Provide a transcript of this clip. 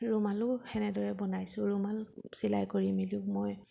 ৰুমালো তেনেদৰে বনাইছোঁ ৰুমাল চিলাই কৰি মেলিও মই